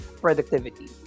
productivity